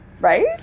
right